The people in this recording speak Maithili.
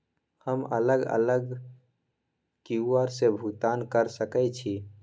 हम अलग अलग क्यू.आर से भुगतान कय सके छि?